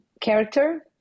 character